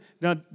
now